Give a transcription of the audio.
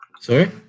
Sorry